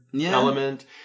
element